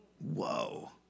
Whoa